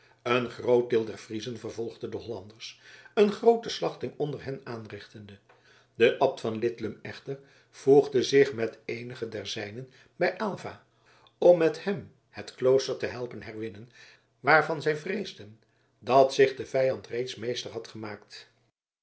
een groot deel der friezen vervolgde de hollanders een groote slachting onder hen aanrichtende de abt van lidlum echter voegde zich met eenigen der zijnen bij aylva om met hem het klooster te helpen herwinnen waarvan zij vreesden dat zich de vijand reeds meester had gemaakt